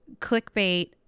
Clickbait